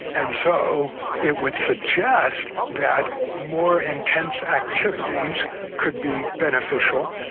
and so it would suggest that more intensive activities could be beneficial.